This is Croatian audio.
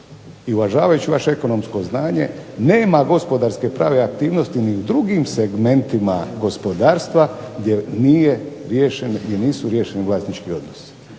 I uvažavajući vaše ekonomsko znanje, nema gospodarske prave aktivnosti ni u drugim segmentima gospodarstva gdje nije riješen, gdje nisu